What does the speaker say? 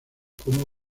como